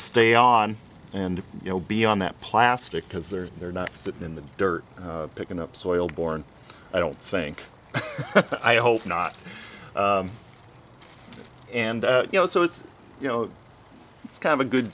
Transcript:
stay on and you know beyond that plastic because they're they're not sitting in the dirt picking up soil borne i don't think i hope not and you know so it's you know it's kind of a good